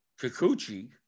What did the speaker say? Kikuchi